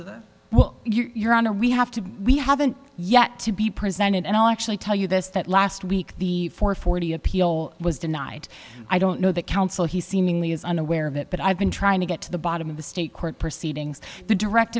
to the well your honor we have to we haven't yet to be presented and i actually tell you this that last week the four forty appeal was denied i don't know that counsel he seemingly is unaware of it but i've been trying to get to the bottom of the state court proceedings the direct